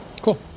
Cool